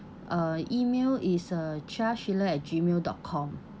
uh email is uh Chia sheila at gmail dot com